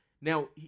Now